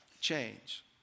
change